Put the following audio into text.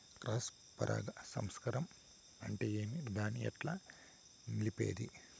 Cross పరాగ సంపర్కం అంటే ఏమి? దాన్ని ఎట్లా నిలిపేది?